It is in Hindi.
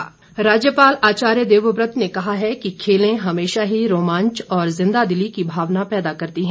राज्यपाल राज्यपाल आचार्य देवव्रत ने कहा है कि खेलें हमेशा ही रोमांच और जिन्दादिली की भावना पैदा करती है